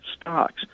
stocks